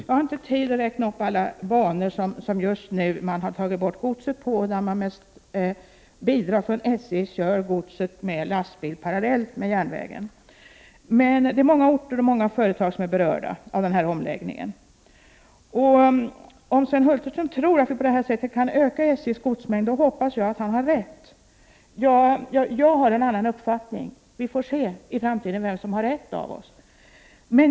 Jag har inte tid att räkna upp alla de banor där man just nu har tagit bort godset och där man i stället med bidrag från SJ kör godset med lastbil parallellt med järnvägen. Det är emellertid många orter och många företag som är berörda av denna omläggning. Om Sven Hulterström tror att man på detta sätt kan öka SJ:s godsmängd, hoppas jag att han har rätt. Jag har en annan uppfattning. Vi får i framtiden se vem som har rätt.